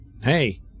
hey